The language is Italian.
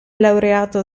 laureato